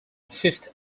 fifth